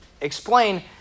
explain